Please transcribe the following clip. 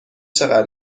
چقدر